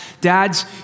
dads